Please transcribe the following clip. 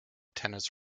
tennis